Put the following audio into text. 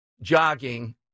jogging